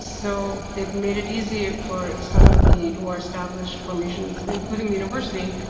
so, it made it easier for some of the more established formations, including the university,